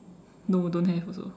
no don't have also